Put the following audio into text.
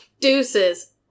deuces